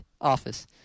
Office